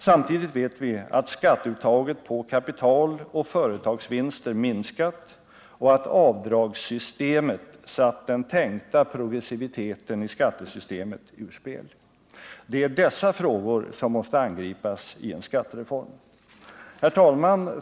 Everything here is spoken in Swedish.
Samtidigt vet vi att skatteuttaget på kapital och företagsvinster minskat och att avdragssystemet satt den tänkta progressiviteten i skattesystemet ur spel. Det är dessa frågor som måste angripas i en skattereform. Herr talman!